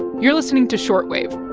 you're listening to short wave.